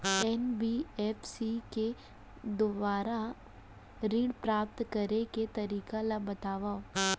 NBFC के दुवारा ऋण प्राप्त करे के तरीका ल बतावव?